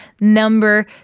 number